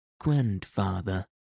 Grandfather